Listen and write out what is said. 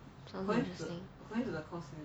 sounds interesting